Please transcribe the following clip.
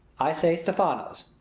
i say stephano's.